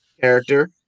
character